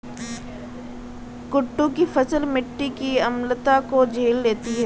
कुट्टू की फसल मिट्टी की अम्लता को झेल लेती है